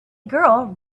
girl